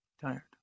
tired